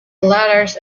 letters